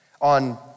on